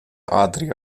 adria